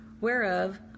Whereof